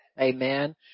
Amen